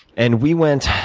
and we went